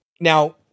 Now